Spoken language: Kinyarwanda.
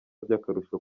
by’akarusho